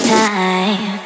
time